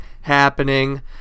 happening